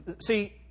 See